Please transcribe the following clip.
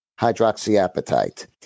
hydroxyapatite